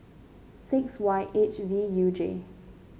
six Y H V U J